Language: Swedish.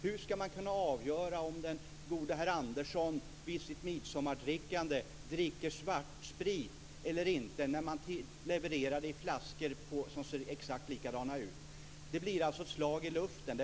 Hur ska man kunna avgöra om den gode herr Andersson dricker svartsprit eller inte på midsommaren när den levereras i flaskor som ser exakt likadana ut som de som innehåller legal alkohol? Det blir alltså ett slag i luften.